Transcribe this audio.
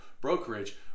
Brokerage